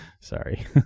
Sorry